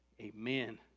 Amen